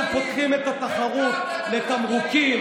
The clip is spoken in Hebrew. אנחנו פותחים את התחרות לתמרוקים,